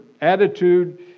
attitude